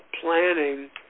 planning